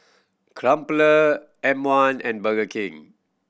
Crumpler M One and Burger King